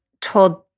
told